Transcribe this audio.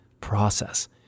Process